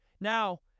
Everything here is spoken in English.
Now